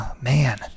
Man